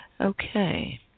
Okay